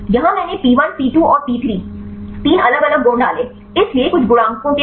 यहां मैंने P 1 P 2 और पी 3 तीन अलग अलग गुण डाले इसलिए कुछ गुणांकों के साथ